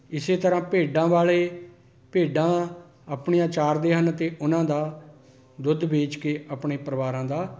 ਇਸੇ ਤਰ੍ਹਾਂ ਭੇਡਾਂ ਵਾਲੇ ਭੇਡਾਂ ਆਪਣੀਆਂ ਚਾਰਦੇ ਹਨ ਅਤੇ ਉਹਨਾਂ ਦਾ ਦੁੱਧ ਵੇਚ ਕੇ ਆਪਣੇ ਪਰਿਵਾਰਾਂ ਦਾ